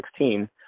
2016